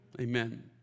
amen